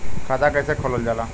खाता कैसे खोलल जाला?